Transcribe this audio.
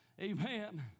Amen